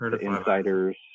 Insiders